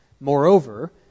moreover